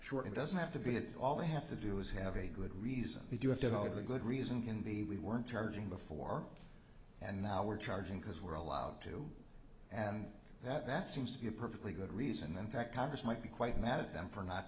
sure it doesn't have to be that all they have to do is have a good reason you have to have a good reason can be we weren't turning before and now we're charging because we're allowed to and that that seems to be a perfectly good reason and that congress might be quite mad at them for not